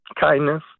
kindness